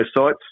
sites